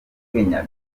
kenya